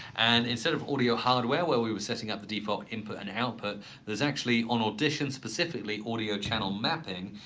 and instead of audio hardware where we were setting up the default input and output there's actually on audition specifically audio channel mapping.